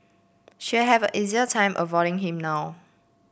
she'll have a easier time avoiding him now